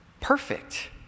perfect